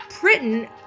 Britain